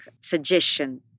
suggestion